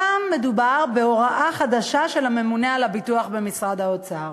הפעם מדובר בהוראה חדשה של הממונה על הביטוח במשרד האוצר.